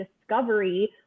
discovery